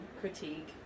critique